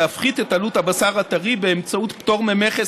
להפחית את עלות הבשר הטרי באמצעות פטור ממכס